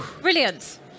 Brilliant